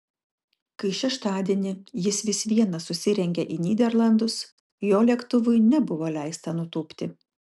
kai šeštadienį jis vis viena susirengė į nyderlandus jo lėktuvui nebuvo leista nutūpti